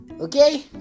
okay